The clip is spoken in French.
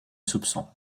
soupçon